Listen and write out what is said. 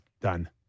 done